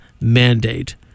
Mandate